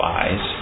eyes